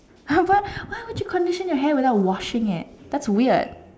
!huh! but why would you condition your hair without washing it that's weird